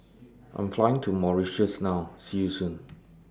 I'm Flying to Mauritius now See YOU Soon